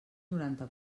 noranta